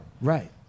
Right